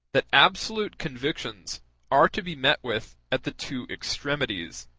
that absolute convictions are to be met with at the two extremities,